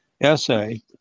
essay